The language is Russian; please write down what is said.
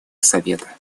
совета